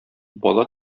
бала